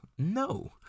no